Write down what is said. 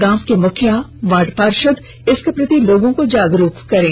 गांव के मुखिया वार्ड पार्षद इसके प्रति लोगों को जागरूक करें